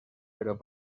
però